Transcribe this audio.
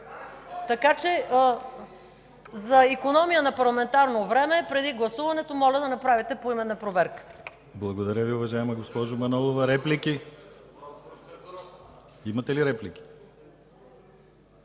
ГЕРБ.) За икономия на парламентарно време преди гласуването моля да направите поименна проверка.